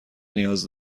نیاز